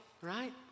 right